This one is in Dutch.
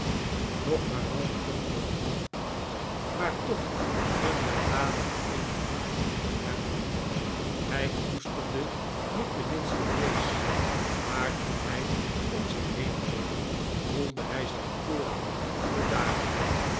nickleby maar half nuchtere gedachten maar toch een weldadigen invloed op hem had hij koesterde niet de minste vrees maar toen hij om zich heen keek voelde hij zijn toorn bedaren